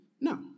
No